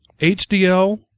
HDL